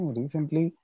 recently